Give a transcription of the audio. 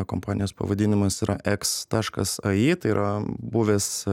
kompanijos pavadinimas yra eks taškas a i tai yra buvęs